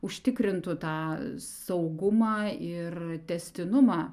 užtikrintų tą saugumą ir tęstinumą